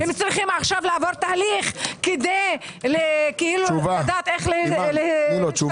הם צריכים לעבור תהליך עכשיו כדי לדעת איך להשתמש בכסף הזה?